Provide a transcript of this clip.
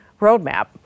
roadmap